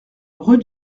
rue